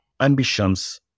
ambitions